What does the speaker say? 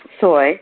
soy